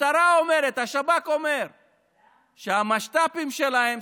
המשטרה אומרת והשב"כ אומר שהמשת"פים שלהם הם